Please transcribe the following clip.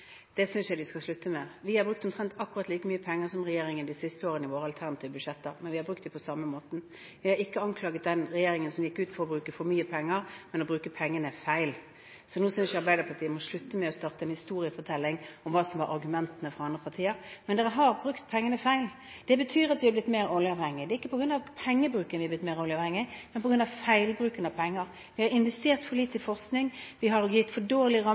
Det synes jeg de skal slutte med. Vi har brukt omtrent akkurat like mye penger som den tidligere regjeringen de siste årene i våre alternative budsjetter, men vi har ikke brukt dem på samme måten. Vi har ikke anklaget den regjeringen som gikk av for å bruke for mye penger, men for å bruke pengene feil. Nå synes jeg Arbeiderpartiet må slutte med å starte en historiefortelling om hva som var argumentene fra andre partier. De har brukt pengene feil. Det betyr at vi er blitt mer oljeavhengig. Det er ikke på grunn av pengebruken vi er blitt mer oljeavhengig, men på grunn av feilbruken av penger. Vi har investert for lite i forskning, og vi har gitt for